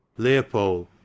Leopold